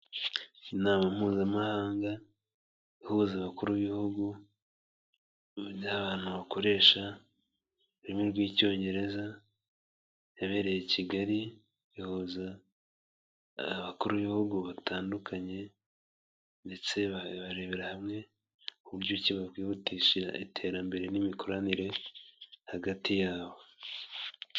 Inama mpuzamahanga ihuza abakuru b'ibihugu by'abantu bakoresha ururimi rw'icyongereza, yabereye i kigali ihuza abakuru b'ibihugu batandukanye, ndetse barebera hamwe uburyo ki bakwihutisha iterambere n'imikoranire hagati yabo.